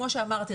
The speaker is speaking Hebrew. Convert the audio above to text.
כמו שאמרתי,